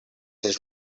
his